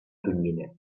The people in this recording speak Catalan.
tonyina